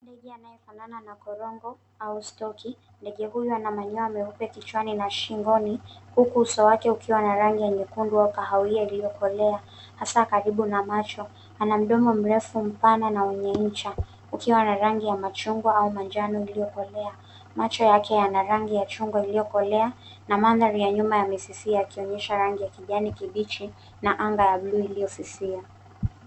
Ndege anayefanana na korongo au stork . Ndege huyu ana manyoya meupe kichwani na shingoni huku uso wake ukiwa na rangi ya nyekundu au kahawia iliyokolea, hasaa karibu na macho. Ana mdomo mrefu, mpana na wenye ncha ukiwa na rangi ya machungwa au manjano iliyokolea. Macho yake yana rangi ya chungwa iliyokolea na mandhari ya nyuma yamefifia yakionyesha rangi ya kijani kibichi na anga ya bluu iliyofifia.